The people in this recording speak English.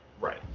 Right